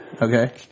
Okay